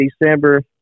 December